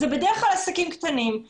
בדרך כלל אלה עסקים קטנים,